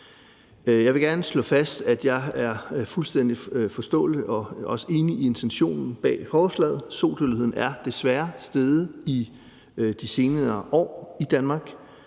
Jeg vil gerne slå fast, at jeg er fuldstændig forstående over for og også enig i intentionen bag forslaget. Sodødeligheden er desværre steget i de senere år i Danmark.